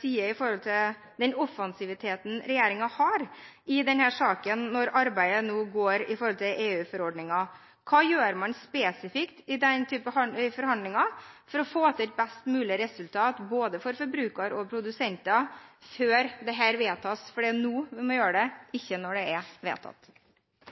sier angående den offensive holdningen regjeringen har i denne saken nå, i arbeidet med EU-forordningen. Hva gjør man spesifikt i den type forhandlinger for å få til et best mulig resultat for både forbrukere og produsenter før dette vedtas? Det er nå vi må gjøre det, ikke når det